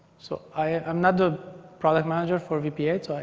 so i'm not the product manager for v p eight,